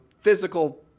physical –